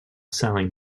selling